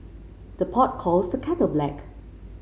the pot calls the kettle black